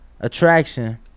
attraction